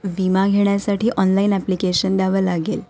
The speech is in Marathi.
विमा घेण्यासाठी ऑनलाईन ॲप्लिकेशन द्यावं लागेल